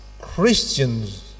Christians